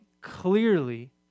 clearly